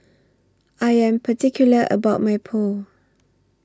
I Am particular about My Pho